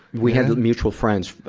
we had mutual friends, ah,